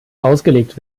ausgelegt